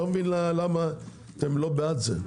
אני לא מבין למה אתם לא בעד זה.